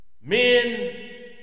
Men